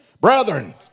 Brethren